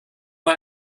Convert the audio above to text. mal